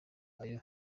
ayo